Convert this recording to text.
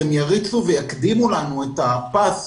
שהם יריצו ויקדימו לנו את הפס,